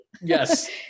Yes